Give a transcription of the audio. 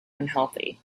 unhealthy